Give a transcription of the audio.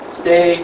stay